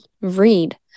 read